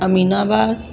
Aminabad